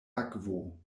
akvo